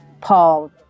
Paul